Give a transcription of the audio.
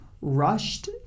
rushed